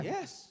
Yes